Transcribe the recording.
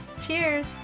Cheers